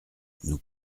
nous